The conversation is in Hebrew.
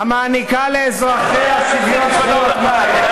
בוז'י, כל, המעניקה לאזרחיה שוויון זכויות מלא.